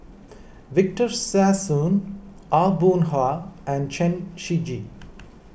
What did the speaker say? Victor Sassoon Aw Boon Haw and Chen Shiji